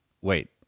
wait